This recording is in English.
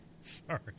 Sorry